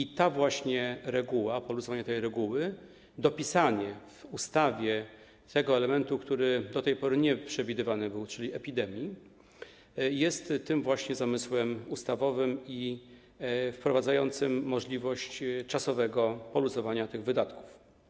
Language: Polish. I ta reguła, poluzowanie tej reguły, dopisanie w ustawie tego elementu, który do tej pory nie był przewidywany, czyli epidemii, jest tym właśnie zamysłem ustawowym wprowadzającym możliwość czasowego poluzowania tych wydatków.